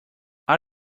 are